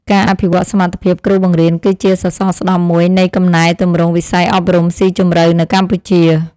ការអភិវឌ្ឍន៍សមត្ថភាពគ្រូបង្រៀនគឺជាសសរស្តម្ភមួយនៃកំណែទម្រង់វិស័យអប់រំស៊ីជម្រៅនៅកម្ពុជា។